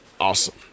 awesome